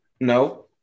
No